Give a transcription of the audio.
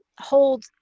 hold